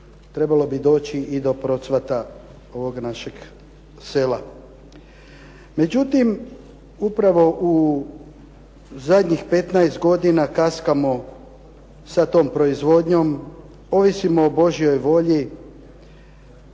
trebalo bi doći i do procvata ovog našeg sela. Međutim, upravo u zadnjih 15 godina kaskamo sa tom proizvodnjom, ovisimo o Božjoj volji